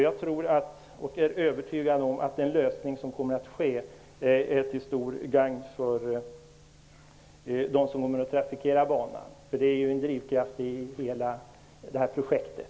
Jag är därför övertygad om att den lösning som kommer att genomföras kommer att vara till gagn för dem som skall trafikera banan. Det är ju en drivkraft i hela projektet.